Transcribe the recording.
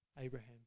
Abraham